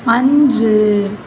அன்று